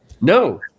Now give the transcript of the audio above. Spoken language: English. No